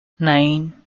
nine